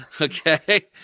Okay